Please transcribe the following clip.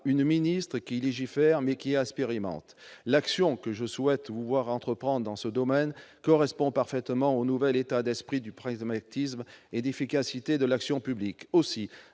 une ministre qui légifère mais qui expérimente. » L'action que je souhaite vous voir entreprendre dans ce domaine correspond parfaitement au nouvel esprit de pragmatisme et d'efficacité qui guide l'action publique.